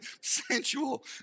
sensual